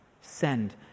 send